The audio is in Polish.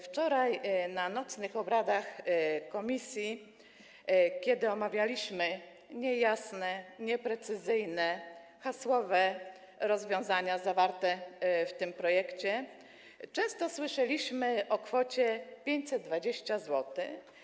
Wczoraj w czasie nocnych obrad komisji, kiedy omawialiśmy niejasne, nieprecyzyjne, hasłowe rozwiązania zawarte w tym projekcie, często słyszeliśmy o kwocie 520 zł.